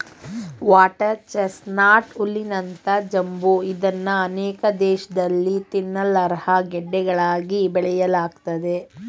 water chestnut ಹುಲ್ಲಿನಂತ ಜಂಬು ಇದ್ನ ಅನೇಕ ದೇಶ್ದಲ್ಲಿ ತಿನ್ನಲರ್ಹ ಗಡ್ಡೆಗಳಿಗಾಗಿ ಬೆಳೆಯಲಾಗ್ತದೆ